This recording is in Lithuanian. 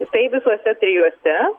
tai visuose trijuose